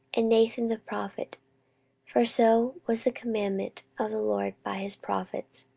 and nathan the prophet for so was the commandment of the lord by his prophets.